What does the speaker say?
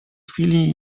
chwili